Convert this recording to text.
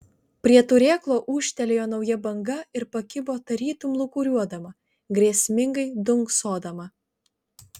prie turėklo ūžtelėjo nauja banga ir pakibo tarytum lūkuriuodama grėsmingai dunksodama